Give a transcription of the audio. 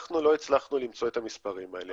אנחנו לא הצלחנו למצוא את המספרים האלה.